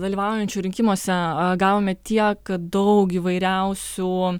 dalyvaujančių rinkimuose gavome tiek daug įvairiausių